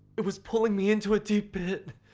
it was pulling me into a deep pit.